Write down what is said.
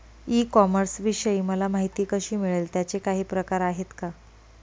E कॉमर्सविषयी मला माहिती कशी मिळेल? त्याचे काही प्रकार आहेत का?